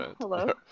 hello